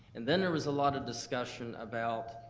and then there was a lot of discussion about,